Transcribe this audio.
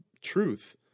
truth